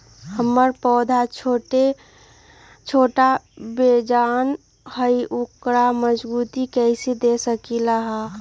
हमर पौधा छोटा बेजान हई उकरा मजबूती कैसे दे सकली ह?